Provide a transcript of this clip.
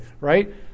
right